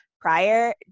prior